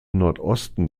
nordosten